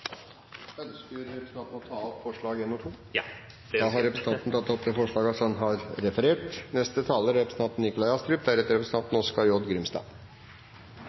Ønsker representanten å ta opp forslagene nr. 1 og 2? Ja. Da har representanten Aukrust tatt opp de forslagene han